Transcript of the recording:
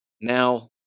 Now